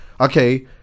okay